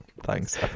Thanks